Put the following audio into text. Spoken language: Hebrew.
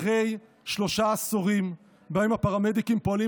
אחרי שלושה עשורים שבהם הפרמדיקים פועלים